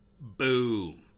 boom